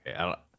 okay